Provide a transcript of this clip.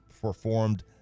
performed